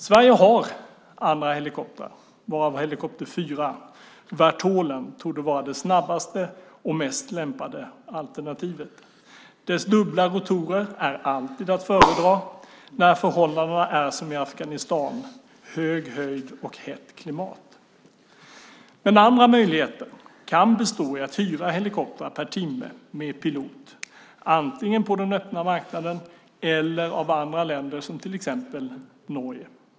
Sverige har andra helikoptrar varav helikopter 4, Vertolen, torde vara det snabbaste och mest lämpade alternativet. Dess dubbla rotorer är alltid att fördra när förhållandena är som i Afghanistan, hög höjd och hett klimat. Den andra möjligheten kan bestå i att hyra helikoptrar med pilot per timme antingen på den öppna marknaden eller av andra länder som till exempel Norge.